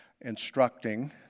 instructing